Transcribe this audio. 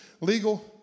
legal